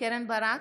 קרן ברק,